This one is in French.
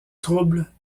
troubles